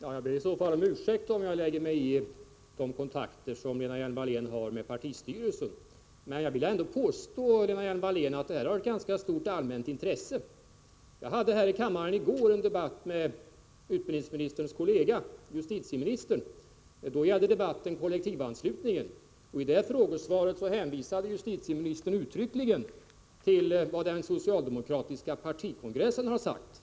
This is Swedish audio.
Herr talman! Jag ber om ursäkt om jag lägger mig i de kontakter Lena Hjelm-Wallén har med partistyrelsen. Men jag vill påstå att det har ett ganska stort allmänt intresse. Jag hade i förrgår en debatt med utbildningsministerns kollega, justitieministern. Då gällde debatten kollektivanslutningen. I sitt frågesvar hänvisade justitieministern uttryckligen till vad den socialdemokratiska partikongressen har sagt.